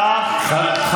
כך, נוצרת שחיתות.